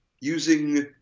using